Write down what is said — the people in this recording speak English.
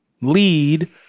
lead